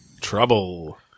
Trouble